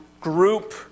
group